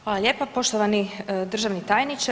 Hvala lijepo poštovani Državni tajniče.